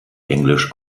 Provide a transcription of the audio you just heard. englisch